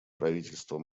правительство